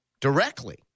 directly